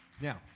Now